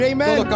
Amen